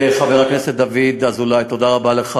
חבר הכנסת דוד אזולאי, תודה רבה לך.